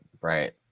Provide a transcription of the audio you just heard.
Right